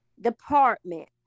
department